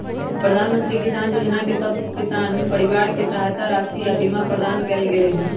प्रधानमंत्री किसान जोजना में सभ किसान परिवार के सहायता राशि आऽ बीमा प्रदान कएल गेलई ह